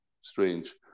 Strange